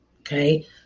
Okay